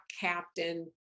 captain